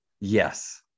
Yes